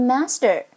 Master